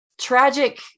tragic